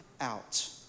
out